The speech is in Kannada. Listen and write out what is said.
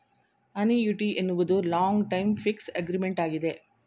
ಅನಿಯುಟಿ ಎನ್ನುವುದು ಲಾಂಗ್ ಟೈಮ್ ಫಿಕ್ಸ್ ಅಗ್ರಿಮೆಂಟ್ ಆಗಿದೆ